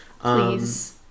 Please